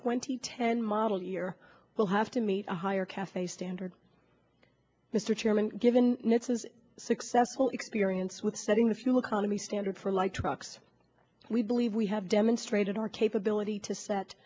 twenty ten model year will have to meet higher cafe standards mr chairman given mrs successful experience with setting the fuel economy standards for light trucks we believe we have demonstrated our capability to set